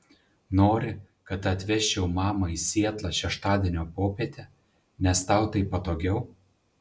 nori kad atvežčiau mamą į sietlą šeštadienio popietę nes tau taip patogiau